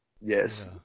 Yes